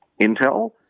intel